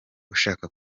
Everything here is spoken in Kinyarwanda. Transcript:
ushaka